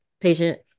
patient